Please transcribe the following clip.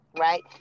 right